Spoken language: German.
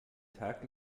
tag